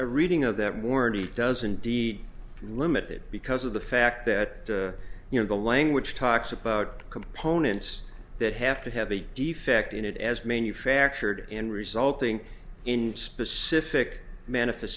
the reading of that warranty does indeed limited because of the fact that you know the language talks about components that have to have a defect in it as manufactured in resulting in specific manifest